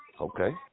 Okay